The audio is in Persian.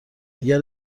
اگر